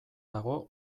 dago